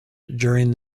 during